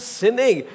sinning